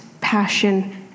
passion